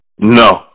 No